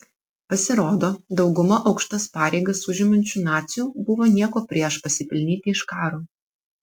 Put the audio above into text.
pasirodo dauguma aukštas pareigas užimančių nacių buvo nieko prieš pasipelnyti iš karo